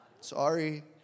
sorry